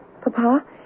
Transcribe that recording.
Papa